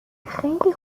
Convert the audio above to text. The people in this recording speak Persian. خیلی